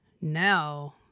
now